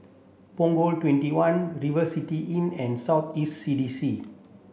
Punggol twenty one River City Inn and South East C D C